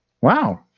Wow